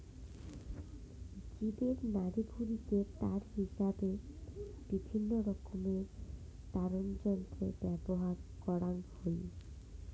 জীবের নাড়িভুঁড়িকে তার হিসাবে বিভিন্নরকমের তারযন্ত্রে ব্যবহার করাং হই